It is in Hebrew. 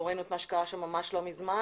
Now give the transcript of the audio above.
ראינו מה קרה שם ממש לא מזמן.